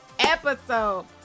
Episode